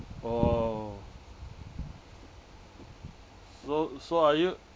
oh so so are you